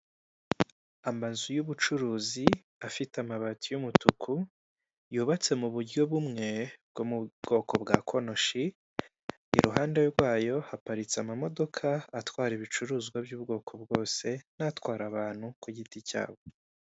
Amatara yaka cyane ndetse n'ikiraro kinyuraho imodoka, hasi no hejuru kiri mu mujyi wa Kigali muri nyanza ya kicukiro ndetse yanditseho, icyapa k'icyatsi kiriho amagambo Kigali eyapoti